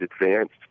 advanced